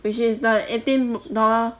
which is the eighteen d~ dollars